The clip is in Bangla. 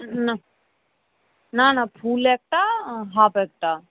নাহ না না ফুল একটা হাফ একটা